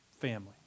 family